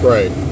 Right